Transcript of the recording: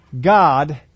God